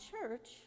church